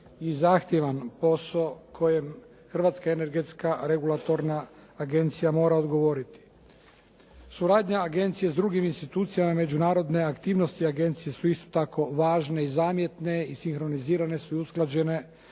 i zahtjevan posao kojem Hrvatska energetska regulatorna agencija mora odgovoriti. Suradnja agencije s drugim institucijama. Međunarodne aktivnosti agencije su isto tako važne i zamjetne i sinkronizirane su i usklađene